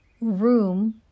room